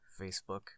Facebook